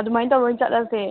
ꯑꯗꯨꯃꯥꯏꯅ ꯇꯧꯔꯒ ꯑꯣꯏ ꯆꯠꯂꯁꯦ